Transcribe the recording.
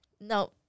No